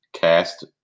cast